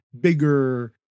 bigger